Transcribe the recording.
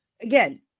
Again